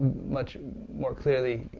much more clearly